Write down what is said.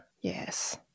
Yes